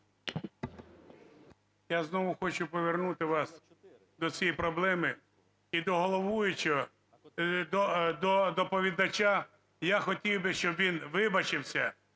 Я знову хочу повернути вас до цієї проблеми. І до головуючого, до доповідача: я хотів би, щоб він вибачився.